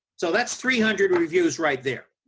so that's three hundred reviews right there.